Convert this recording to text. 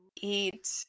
eat